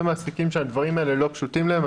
מעסיקים שהדברים האלה לא פשוטים להם.